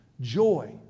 joy